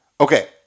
okay